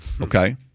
okay